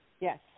Yes